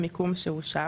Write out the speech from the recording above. המיקום שאושר(,